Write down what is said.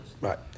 Right